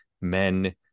men